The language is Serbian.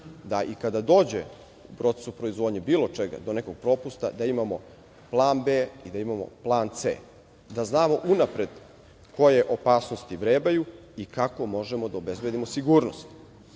da i kada dođe u procesu proizvodnje do nekog propusta, da imamo plan B i da imamo plan C, da znamo unapred koje opasnosti vrebaju i kako možemo da obezbedimo sigurnost. Onog